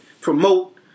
promote